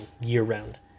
year-round